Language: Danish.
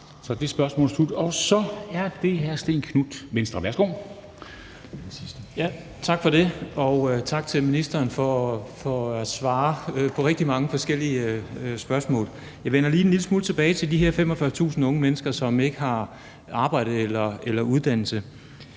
Så er det spørgsmål slut, og så er det hr. Stén Knuth, Venstre. Værsgo. Kl. 17:28 Stén Knuth (V): Tak for det, og tak til ministeren for at svare på rigtig mange forskellige spørgsmål. Jeg vender lige en lille smule tilbage til de her 45.000 unge mennesker, som ikke har arbejde eller uddannelse.